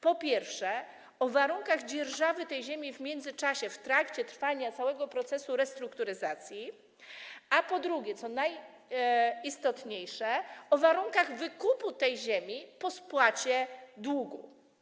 Po pierwsze, o warunkach dzierżawy tej ziemi w międzyczasie, w trakcie trwania całego procesu restrukturyzacji, a po drugie, co najistotniejsze, o warunkach wykupu tej ziemi po spłacie długu.